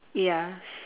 ya